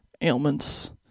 ailments